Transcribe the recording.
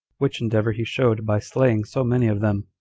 which endeavor he showed by slaying so many of them,